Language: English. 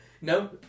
No